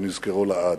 שנזכרו לעד.